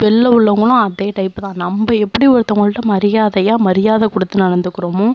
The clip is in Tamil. வெளில உள்ளவங்களும் அதே டைப் தான் நம்ம எப்படி ஒருத்தவங்கள்ட்ட மரியாதையாக மரியாதை கொடுத்து நடந்துக்கிறோமோ